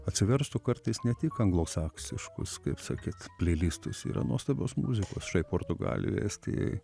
atsiverstų kartais ne tik anglosaksiškus kaip sakyt pleilistus yra nuostabios muzikos štai portugalijoj estijoj